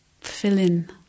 fill-in